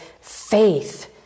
faith